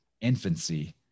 infancy